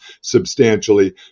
substantially